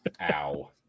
Ow